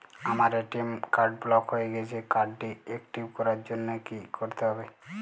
আমার ATM card block হয়ে গেছে কার্ড টি একটিভ করার জন্যে কি করতে হবে?